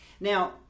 Now